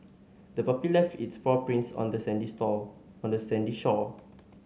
the puppy left its paw prints on the sandy store on the sandy shore